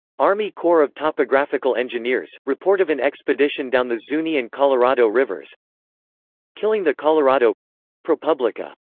army corps of topographical engineers report of an expedition down the zuni and colorado rivers killing the colorado propublica